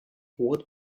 what